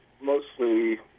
mostly